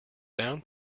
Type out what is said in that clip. down